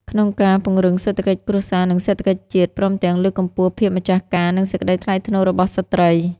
ក្នុងការ ពង្រឹងសេដ្ឋកិច្ចគ្រួសារ និងសេដ្ឋកិច្ចជាតិ ព្រមទាំងលើកកម្ពស់ ភាពម្ចាស់ការ និងសេចក្តីថ្លៃថ្នូររបស់ស្ត្រី។